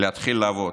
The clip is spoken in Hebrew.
להתחיל לעבוד.